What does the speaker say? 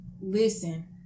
listen